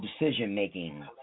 decision-making